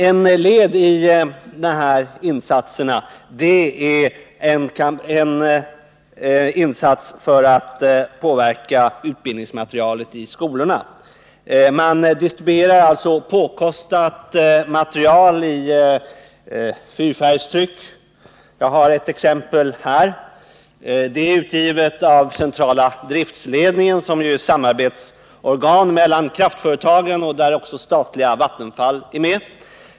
Ett led i dessa insatser är att framställa material för undervisningen i skolorna. Man distribuerar bl.a. påkostat material i fyrfärgstryck, och jag har ett exempel på detta material här i min hand. Det är utgivet av Centrala driftledningen, ett samarbetsorgan mellan kraftföretagen, där också statliga Vattenfall är med.